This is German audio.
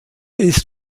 ist